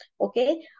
Okay